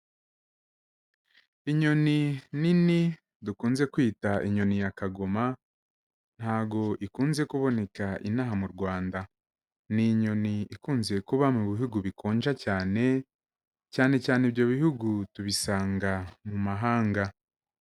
Inyoni nini dukunze kwita inyoni ya kagoma, ntago ikunze kuboneka ino aha mu Rwanda, ni inyoni ikunze kuba mu bihugu bikonja cyane, cyane cyane ibyo bihugu tubisanga mu mahanga.